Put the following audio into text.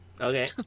Okay